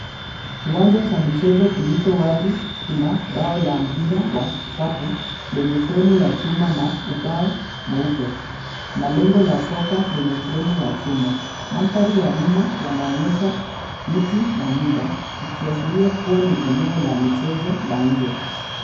Kiwanja cha michezo kilicho wazi kina bao la mpira wa kikapu lenye fremu ya chuma na ubao mweupe na lengo la soka lenye fremu ya chuma. Mandhari ya nyuma yanaonyesha miti na nyumba ikiashiria kuwa ni eneo la michezo la nje.